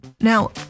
Now